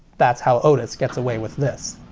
that's how otis gets away with this.